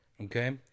Okay